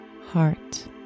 heart